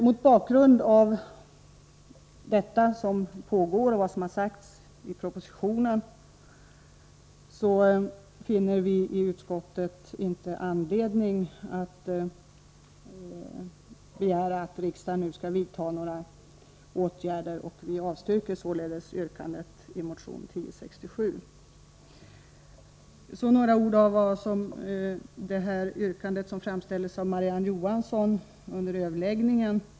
Mot bakgrund av den verksamhet som pågår och det som har sagts i propositionen finner vi i utskottet inte anledning begära att riksdagen nu skall vidta några åtgärder, och vi avstyrker således yrkandet i motion 1067. Så några ord om det yrkande gällande amning som Marie-Ann Johansson framställde under överläggningen.